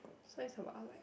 so is about like